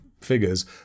figures